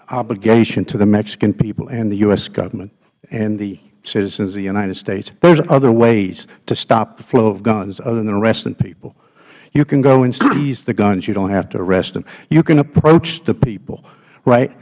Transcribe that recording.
obligation to the mexican people and the u s government and the citizens of the united states there is other ways to stop the flow of guns other than arresting people you can go and seize the guns you don't have to arrest them you can approach the people right